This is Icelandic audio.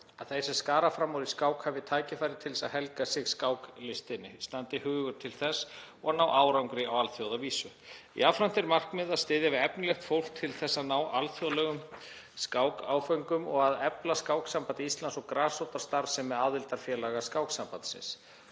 að þeir sem skara fram úr í skák hafi tækifæri til að helga sig skáklistinni standi hugur til þess og ná árangri á alþjóðavísu. Jafnframt er markmiðið að styðja við efnilegt fólk til að ná alþjóðlegum skákáföngum og að efla Skáksamband Íslands og grasrótarstarfsemi aðildarfélaga Skáksambandsins.